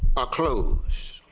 are clothes.